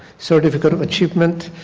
certificate of achievement?